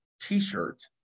T-shirt